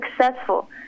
successful